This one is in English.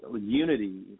unity